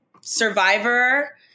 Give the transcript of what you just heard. Survivor